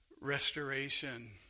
restoration